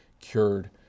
cured